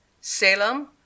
Salem